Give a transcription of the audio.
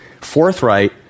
forthright